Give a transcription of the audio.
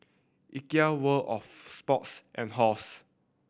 Ikea World Of Sports and Halls